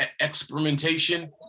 experimentation